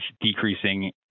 decreasing